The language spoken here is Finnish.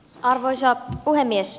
arvoisa puhemies